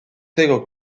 tego